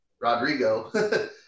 Rodrigo